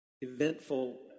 eventful